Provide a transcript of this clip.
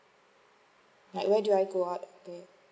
like what do I go out to pay